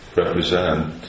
represent